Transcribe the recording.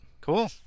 Cool